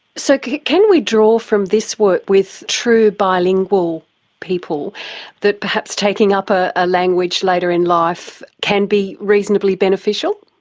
so can we draw from this work with true bilingual people that perhaps taking up a language later in life can be reasonably beneficial?